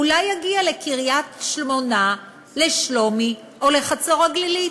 אולי יגיע לקריית-שמונה, לשלומי או לחצור-הגלילית.